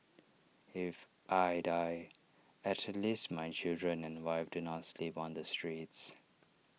if I die at least my children and wife do not sleep on the streets